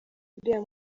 uriya